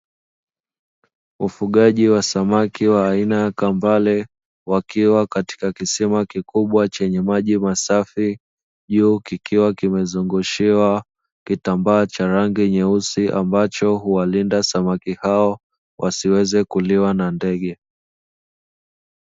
Ufugaji wa samaki wa aina ya kambale wakiwa katika kisima kikubwa chenye maji masafi juu kikiwa kimezungushiwa kitambaa cha rangi nyeusi ambacho huwalinda samaki hao wasiweze kuliwa na ndege